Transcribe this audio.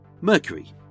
Mercury